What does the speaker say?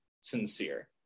sincere